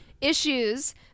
issues